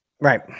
right